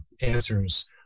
answers